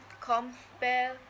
compare